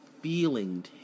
feeling